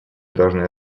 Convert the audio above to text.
должны